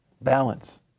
balance